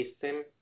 system